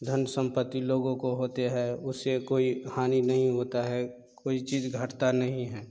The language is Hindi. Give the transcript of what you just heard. धन संपत्ति लोगों को होते है उससे कोई हानि नहीं होता है कोई चीज घटना नहीं है